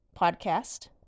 podcast